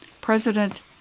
President